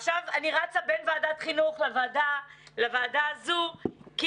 עכשיו אני רצה בין ועדת חינוך לוועדה הזו כי